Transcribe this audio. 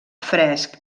fresc